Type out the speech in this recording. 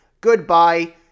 goodbye